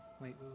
Wait